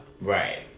Right